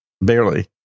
Barely